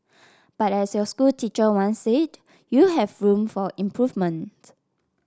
but as your school teacher once said you have room for improvement